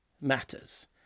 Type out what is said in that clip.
matters